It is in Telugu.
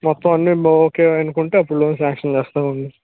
మొత్తం అన్నీ ఓకే అనుకుంటే అప్పుడు లోన్ శాంక్షన్ చేస్తామండీ